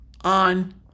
on